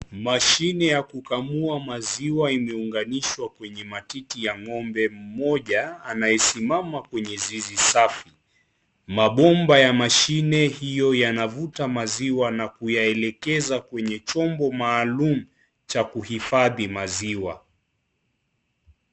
Mashine ya kukamua maziwa imeunganishwa kwenye matiti ya ng' ombe mmoja anayesimama kwenye zizi safi, mabomba ya mashine hiyo yanavuta maziwa na kuyaelekeza kwenye chombo maalum cha kuhifadhi maziwa.